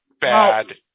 bad